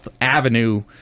Avenue